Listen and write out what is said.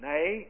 Nay